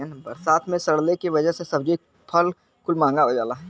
बरसात मे सड़ले के वजह से सब्जी फल कुल महंगा हो जाला